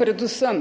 Predvsem